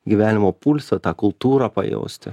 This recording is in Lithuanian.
gyvenimo pulsą tą kultūrą pajausti